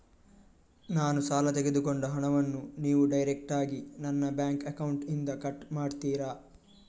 ನಾನು ಸಾಲ ತೆಗೆದುಕೊಂಡ ಹಣವನ್ನು ನೀವು ಡೈರೆಕ್ಟಾಗಿ ನನ್ನ ಬ್ಯಾಂಕ್ ಅಕೌಂಟ್ ಇಂದ ಕಟ್ ಮಾಡ್ತೀರಾ?